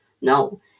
No